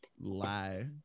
lie